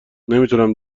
نمیتونم